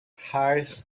hires